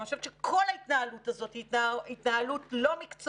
אני חושבת שכל ההתנהלות הזאת היא התנהלות לא מקצועית,